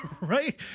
right